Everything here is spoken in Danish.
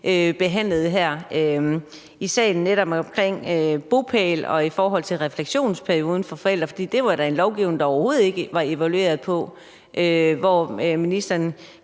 behandlede her i salen, om bopæl og refleksionsperioden for forældre, var det da en lovgivning, der overhovedet ikke var blevet evalueret, og som ministeren